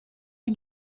you